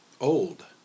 old